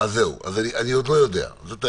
אני עוד לא יודע, זאת האמת.